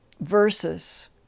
versus